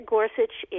Gorsuch